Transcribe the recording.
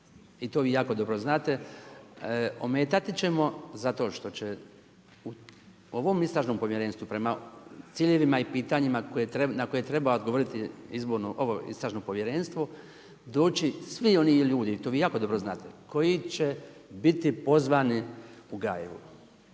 I to vi jako dobro znate, ometati ćemo zato što će u ovom istražnom povjerenstvu prema ciljevima i pitanjima na koje treba odgovoriti ovo istražno povjerenstvo doći svi oni ljudi, to vi jako dobro znate koji će biti pozvani u Gajevu.